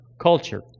culture